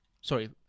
sorry